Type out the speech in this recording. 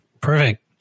Perfect